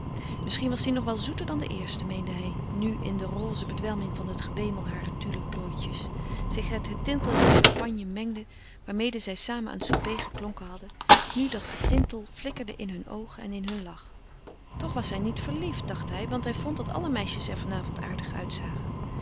misschien was die nog wel zoeter dan de eerste meende hij nu in de roze bedwelming van het gewemel harer tulle plooitjes zich het getintel der champagne mengde waarmede zij samen aan het souper geklonken hadden nu dat getintel flikkerde in hunne oogen en in hunnen lach toch was hij niet verliefd dacht hij want hij vond dat alle meisjes er vanavond aardig uitzagen